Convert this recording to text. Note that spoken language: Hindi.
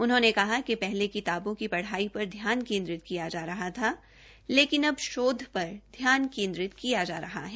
उन्होंने कहा कि शहले किताबों की ढ़ाई र ध्यान केद्रित किया जा रहा था लेकिन अब शोध र ध्यान केंद्रित किया जा रहा है